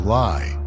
lie